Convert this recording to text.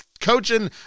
coaching